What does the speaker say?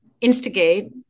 instigate